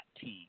team